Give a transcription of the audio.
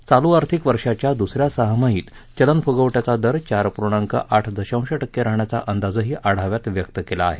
चालू आर्थिक वर्षांच्या दुस या सहामाहीत चलनफुगवट्याचा दर चार पूर्णांक आठ दशांश राहण्याचा अंदाजही आढाव्यात व्यक्त केला आहे